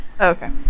Okay